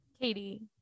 Katie